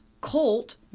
Colt